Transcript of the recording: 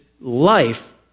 life